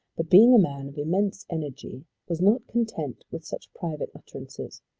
but, being a man of immense energy, was not content with such private utterances.